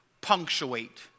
punctuate